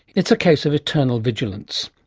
it's a case of eternal vigilance.